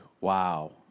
wow